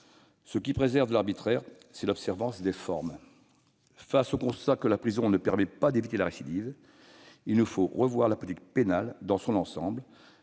Ce qui préserve de l'arbitraire, c'est l'observance des formes. » Face au constat que la prison ne permet pas d'éviter la récidive, il nous faut revoir la politique pénale dans son ensemble.